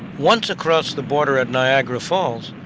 once across the border at niagara falls,